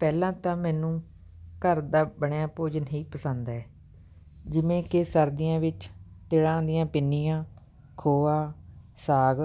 ਪਹਿਲਾਂ ਤਾਂ ਮੈਨੂੰ ਘਰ ਦਾ ਬਣਿਆ ਭੋਜਨ ਹੀ ਪਸੰਦ ਹੈ ਜਿਵੇਂ ਕਿ ਸਰਦੀਆਂ ਵਿੱਚ ਤਿਲਾਂ ਦੀਆਂ ਪਿੰਨੀਆਂ ਖੋਆ ਸਾਗ